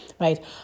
right